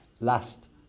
last